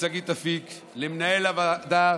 שגית אפיק, למנהל הוועדה